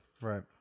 right